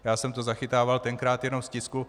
Já jsem to zachytával tenkrát jenom z tisku.